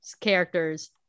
characters